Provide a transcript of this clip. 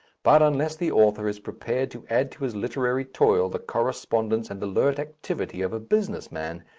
but unless the author is prepared to add to his literary toil the correspondence and alert activity of a business man,